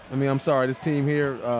i mean i'm sorry. this team here,